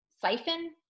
siphon